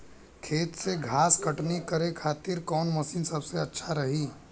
खेत से घास कटनी करे खातिर कौन मशीन सबसे अच्छा रही?